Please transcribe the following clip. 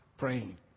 praying